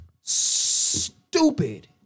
stupid